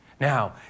Now